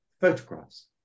photographs